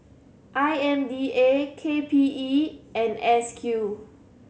I M D A K P E and S Q